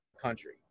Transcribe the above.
country